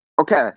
Okay